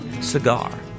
cigar